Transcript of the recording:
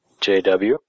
JW